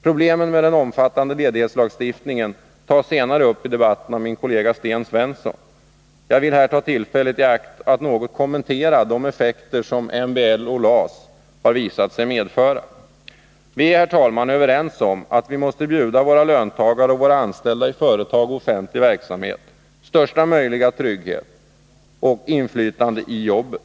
Problemen med den omfattande ledighetslagstiftningen tas senare i debatten upp av min kollega Sten Svensson. Jag vill dock här ta tillfället i akt att något kommentera de effekter som medbestämmandelagen och lagen om anställningsskydd har visat sig medföra. Vi är, herr talman, överens om att vi måste bjuda våra anställda i företag och offentlig verksamhet största möjliga trygghet och inflytande i jobbet.